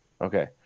Okay